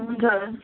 हजुर